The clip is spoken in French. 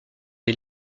des